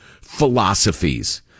philosophies